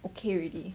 okay already